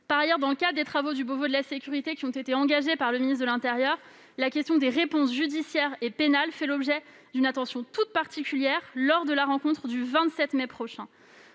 Par ailleurs, dans le cadre des travaux du Beauvau de la sécurité qui ont été engagés par le ministre de l'intérieur, la question des réponses judiciaires et pénales fera l'objet d'une attention toute particulière, lors de la rencontre du 27 mai prochain.